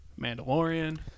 Mandalorian